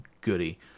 goody